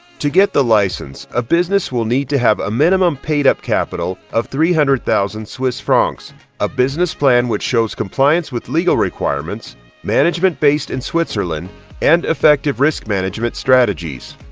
to get the license a business will need to have a minimum paid up capital of three hundred thousand swiss francs a business plan which shows compliance with legal requirements management based in switzerland and effective risk management strategies.